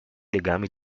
legami